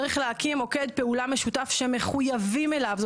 צריך להקין מוקד פעולה משותף שמחויבים אליו.